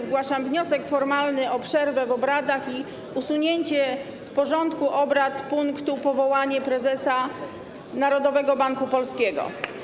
Zgłaszam wniosek formalny o przerwę w obradach i usunięcie z porządku obrad punktu: Powołanie Prezesa Narodowego Banku Polskiego.